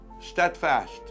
steadfast